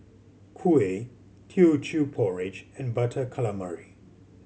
kuih Teochew Porridge and Butter Calamari